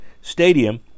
Stadium